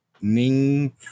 Ning